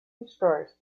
destroys